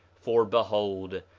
for behold,